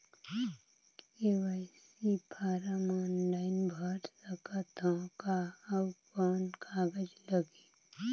KYC form online भर सकत हवं का? अउ कौन कागज लगही?